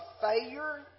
failure